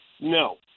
No